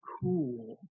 cool